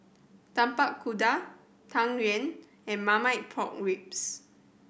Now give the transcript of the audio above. Tapak Kuda Tang Yuen and Marmite Pork Ribs